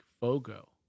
FOGO